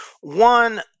One